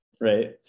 right